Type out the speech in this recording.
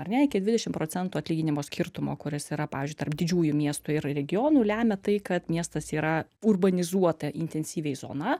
ar ne iki dvidešim procentų atlyginimo skirtumo kuris yra pavyzdžiui tarp didžiųjų miestų ir regionų lemia tai kad miestas yra urbanizuota intensyviai zona